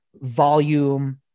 volume